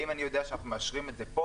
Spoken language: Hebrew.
האם אני יודע שאנחנו מאשרים את זה פה